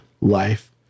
life